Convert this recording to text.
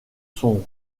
sont